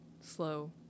slow